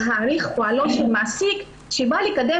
להעריך את פועלו של מעסיק שבא לקדם